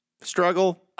Struggle